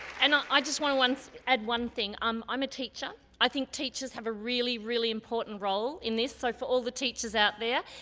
and i i just want to add one thing, um i'm a teacher, i think teachers have a really, really important role in this, so for all the teachers out there.